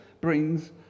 brings